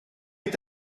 est